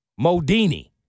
Modini